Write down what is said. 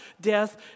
death